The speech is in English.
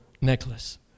necklace